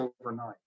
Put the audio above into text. overnight